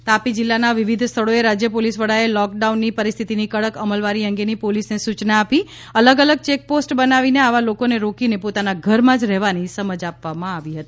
તાપી તાપી જિલ્લાના વિવિધ સ્થળોએ રાજ્ય પોલીસ વડાએ લોકડાઉન ની પરિસ્થિતિ ની કડક અમલવારી અંગેની પોલીસને સૂયના આપી અલગ અલગ ચેકપોસ્ટો બનાવીને આવા લોકોને રોકીને પોતાના ઘરમાંજ રહેવાની સમજ આપવામાં આવી રહી છે